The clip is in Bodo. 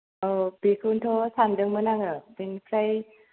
औ बेखौथ सानदोंमोन आङो बेनिफ्राय